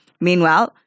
Meanwhile